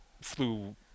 flew